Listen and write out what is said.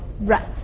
right